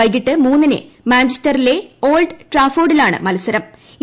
വൈകിട്ട് മൂന്നിന് മഞ്ചസ്റ്ററിലെ ഓൾഡ് ട്രാഫോഡിലാണ് മത്സരം